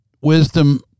Wisdom